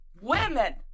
women